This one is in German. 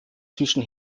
zwischen